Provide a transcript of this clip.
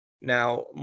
now